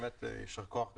באמת יישר כוח גדול.